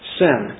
sin